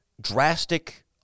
drastic